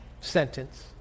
sentence